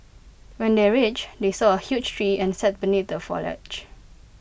when they reached they saw A huge tree and sat beneath the foliage